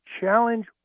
challenge